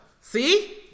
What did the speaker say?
see